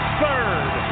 third